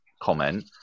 comment